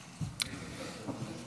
אני מתכבד להציג בפני הכנסת לקריאה